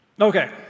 Okay